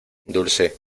dulce